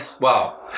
Wow